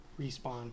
Respawn